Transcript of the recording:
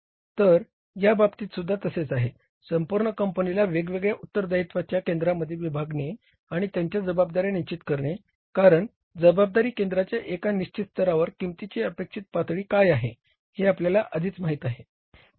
तर या बाबतीतसुद्धा तसेच आहे संपूर्ण कंपनीला वेगवेगळ्या उत्तरदायित्वाच्या केंद्रामध्ये विभागणे आणि त्यांच्या जबाबदाऱ्या निश्चित करणे कारण जबाबदारी केंद्राच्या एका निश्चित स्तरावर किंमतीची अपेक्षित पातळी काय आहे हे आपल्याला आधीच माहित आहे